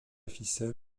ficelle